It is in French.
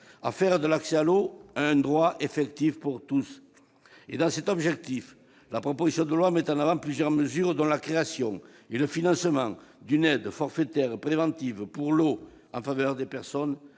à faire de l'accès à l'eau un droit effectif pour tous. Dans cet objectif, la proposition de loi prévoit plusieurs mesures, dont la création et le financement d'une aide forfaitaire préventive pour l'eau en faveur des personnes